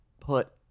put